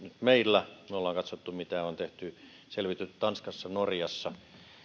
meillä me olemme katsoneet mitä on tehty selvitetty tanskassa norjassa